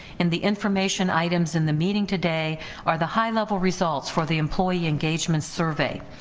in the information items in the meeting today are the high level results for the employee engagement survey,